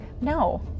No